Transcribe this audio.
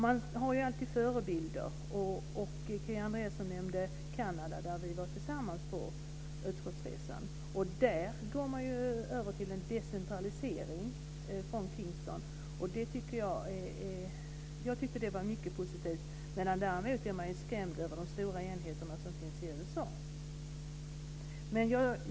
Man har ju alltid förebilder. Kia Andreasson nämnde Kanada. Vi var där tillsammans på utskottsresa, man går över till en decentralisering i Kingston. Jag tyckte att det var mycket positivt. Däremot är man skrämd över de stora enheter som finns i USA.